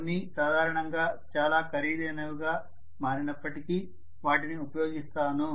అవన్నీ సాధారణంగా చాలా ఖరీదైనవిగా మారినప్పటికీ వాటిని ఉపయోగిస్తాను